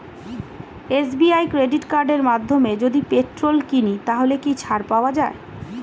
SBI credit কার্ডের মাধ্যমে যদি পেট্রোল কিনি তাহলে কি ছাড় পাওয়া যায়?